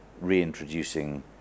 reintroducing